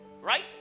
right